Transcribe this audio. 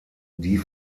die